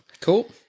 Cool